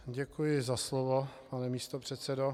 Děkuji za slovo, pane místopředsedo.